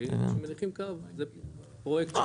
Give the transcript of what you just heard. כי כשמניחים קו זה פרויקט --- אבל